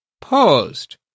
paused